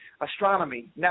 astronomy